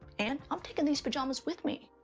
and i'm taking these pajamas with me!